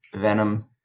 Venom